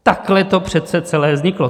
Takhle to přece celé vzniklo.